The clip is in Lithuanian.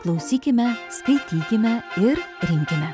klausykime skaitykime ir rinkime